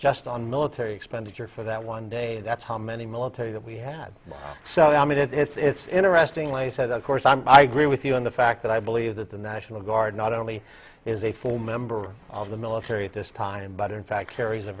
just on military expenditure for that one day that's how many military that we had so i mean it's interestingly said of course i'm i agree with you on the fact that i believe that the national guard not only is a full member of the military at this time but in fact carries a